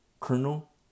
colonel